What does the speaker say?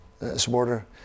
supporter